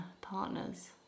partners